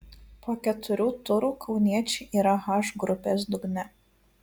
po keturių turų kauniečiai yra h grupės dugne